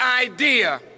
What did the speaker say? idea